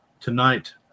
tonight